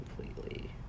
completely